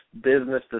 business